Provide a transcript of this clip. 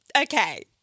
okay